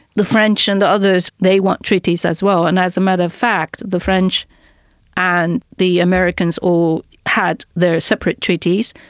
the french and the others, they want treaties as well, and as a matter of fact the french and the americans all had their separate treaties.